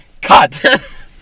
Cut